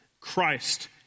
Christ